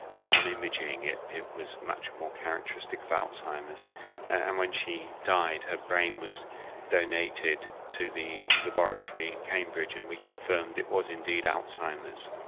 and on imaging it it was much more characteristic of alzheimer's and when she died her brain was donated to the laboratory in cambridge and we confirmed it was indeed alzheimer's.